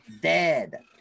Dead